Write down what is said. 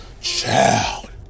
Child